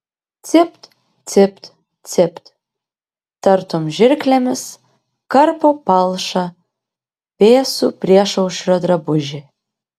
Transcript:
cipt cipt cipt tartum žirklėmis karpo palšą vėsų priešaušrio drabužį